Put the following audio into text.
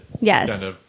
Yes